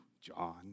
John